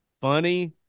funny